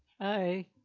Hi